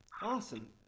awesome